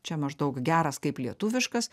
čia maždaug geras kaip lietuviškas